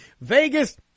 Vegas